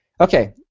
Okay